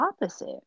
opposite